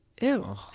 Ew